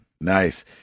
Nice